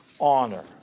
honor